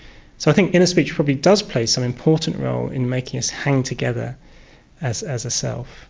so i think inner speech probably does play some important role in making us hang together as as a self.